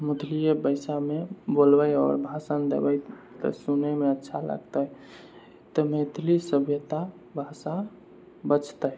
मैथिलिये भाषामे बोलबै आओर भाषण दबै तऽ सुनैमे अच्छा लागतै तऽ मैथिली सभ्यता भाषा बचतै